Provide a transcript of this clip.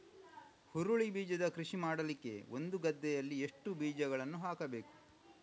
ಹುರುಳಿ ಬೀಜದ ಕೃಷಿ ಮಾಡಲಿಕ್ಕೆ ಒಂದು ಗದ್ದೆಯಲ್ಲಿ ಎಷ್ಟು ಬೀಜಗಳನ್ನು ಹಾಕಬೇಕು?